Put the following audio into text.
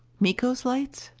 miko's lights?